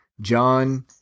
John